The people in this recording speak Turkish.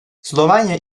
slovenya